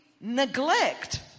neglect